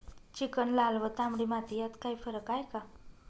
Chicken, लाल व तांबडी माती यात काही फरक आहे का?